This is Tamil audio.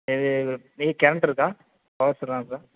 கரண்ட் இருக்கா பவர்ஸெல்லாம் இருக்கா